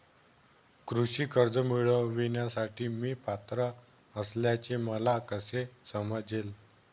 कृषी कर्ज मिळविण्यासाठी मी पात्र असल्याचे मला कसे समजेल?